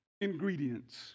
ingredients